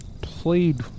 played